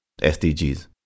SDGs